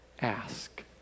Ask